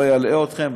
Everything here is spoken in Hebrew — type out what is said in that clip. אני לא אלאה אתכם.